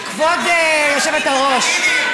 כבוד היושבת-ראש.